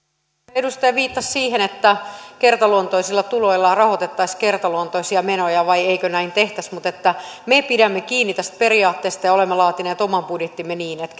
edustaja viittasi siihen että kertaluontoisilla tuloilla rahoitettaisiin kertaluontoisia menoja tai eikö näin tehtäisi mutta me pidämme kiinni tästä periaatteesta ja olemme laatineet oman budjettimme niin että